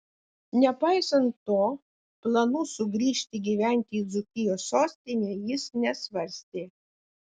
nepaisant to planų sugrįžti gyventi į dzūkijos sostinę jis nesvarstė